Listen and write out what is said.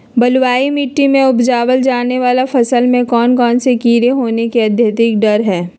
बलुई मिट्टी में उपजाय जाने वाली फसल में कौन कौन से कीड़े होने के अधिक डर हैं?